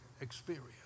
experience